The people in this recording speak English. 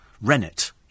rennet